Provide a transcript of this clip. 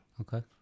Okay